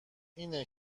اینه